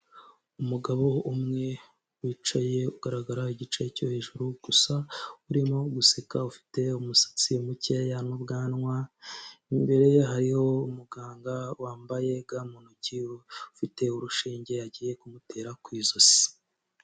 Umugabo umwe wicaye ugaragara igice cyo hejuru gusa, urimo guseka, ufite umusatsi mukeya n'ubwanwa, imbere ye hariho umuganga wambaye ga mu ntoki, ufite urushinge agiye kumutera ku izosi.